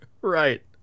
Right